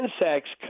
insects